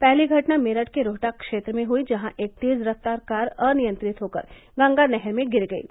पहली घटना मेरठ के रोहटा क्षेत्र में हुयी जहां एक तेज रफ्तार कार अनियंत्रित होकर गंगा नहर में गिर गयी